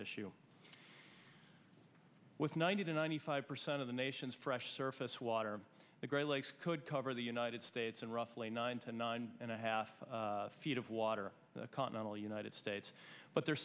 issue with ninety to ninety five percent of the nation's fresh surface water the great lakes could cover the united states and roughly nine to nine and a half feet of water in the continental united states but the